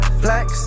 flex